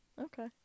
Okay